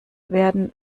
werden